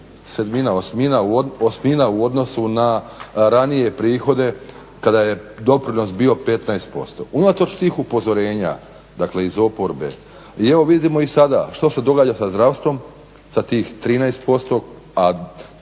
sedmina, osmina u odnosu na ranije prihode kada je doprinos bio 15%. Unatoč tih upozorenja, dakle iz oporbe i evo vidimo i sada što se događa sa zdravstvom sa tih 13%, a